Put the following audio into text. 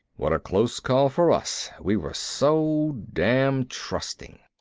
what a close call for us. we were so damn trusting.